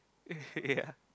ya